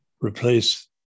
replace